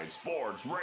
Sports